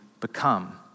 become